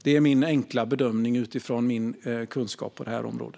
Det är min enkla bedömning utifrån min kunskap på detta område.